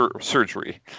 surgery